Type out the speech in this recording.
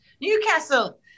Newcastle